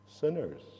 Sinners